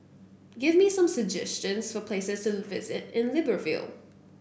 give me some suggestions for places to visit in Libreville